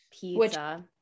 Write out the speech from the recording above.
Pizza